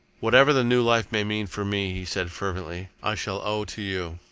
whatever the new life may mean for me, he said fervently, i shall owe to you.